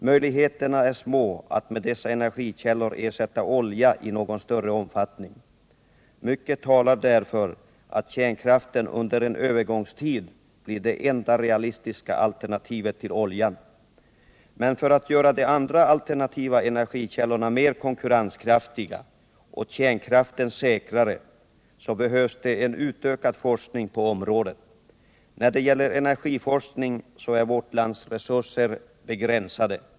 Möjligheterna är små att med dessa energikällor ersätta olja i någon större omfattning. Mycket talar för att kärnkraften under en övergångstid blir det enda realistiska alternativet till oljan. Men för att göra de andra alternativa energikällorna mer konkurrenskraftiga och kärnkraften säkrare behövs det en utökad forskning på området. När det gäller energiforskning är vårt lands resurser begränsade.